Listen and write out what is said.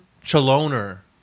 Chaloner